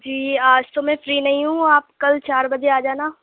جی آج تو میں فری نہیں ہوں آپ کل چار بجے آ جانا